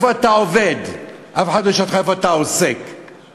פה אתה לא עושה שום דבר,